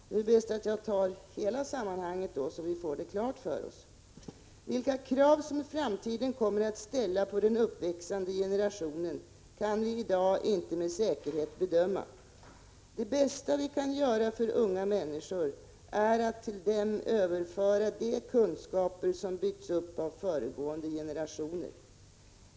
Det är bäst att jag redovisar hela sammanhanget så att vi får det klart för oss: ”Vilka krav som framtiden kommer att ställa på den uppväxande generationen kan vi i dag inte med säkerhet bedöma. Det bästa vi kan göra för unga människor är att till dem överföra de kunskaper som byggts upp av föregående generationer.